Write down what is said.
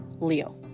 Leo